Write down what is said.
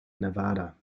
nevada